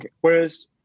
Whereas